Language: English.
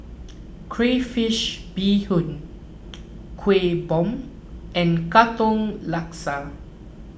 Crayfish BeeHoon Kuih Bom and Katong Laksa